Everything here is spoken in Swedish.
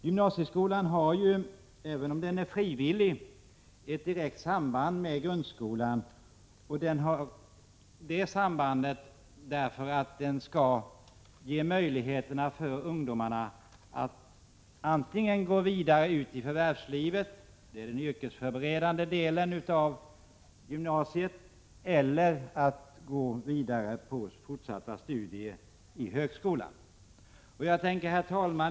Gymnasieskolan har, även om den är frivillig, ett direkt samband med grundskolan. Den skall ge ungdomarna möjlighet att antingen gå vidare ut i förvärvslivet — det är den yrkesförberedande delen av gymnasiet — eller gå vidare till fortsatta studier i högskolan. Herr talman!